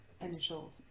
initial